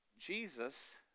Jesus